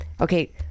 okay